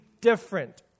different